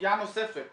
סוגיה נוספת